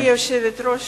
גברתי היושבת-ראש,